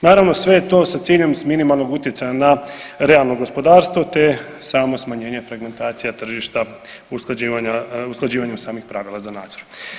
Naravno sve je to sa ciljem s minimalnog utjecaja na realno gospodarstvo te samo smanjenje fragmentacija tržišta usklađivanjem samih pravila za nadzor.